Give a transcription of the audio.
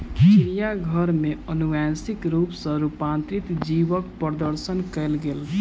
चिड़ियाघर में अनुवांशिक रूप सॅ रूपांतरित जीवक प्रदर्शन कयल गेल